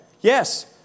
Yes